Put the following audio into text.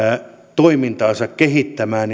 toimintaansa kehittämään